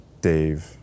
Dave